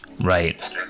Right